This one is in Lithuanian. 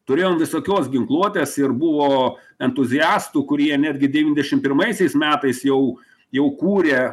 turėjom visokios ginkluotės ir buvo entuziastų kurie netgi devyniasdešimt pirmaisiais metais jau jau kūrė